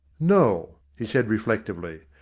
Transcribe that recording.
no, he said reflectively,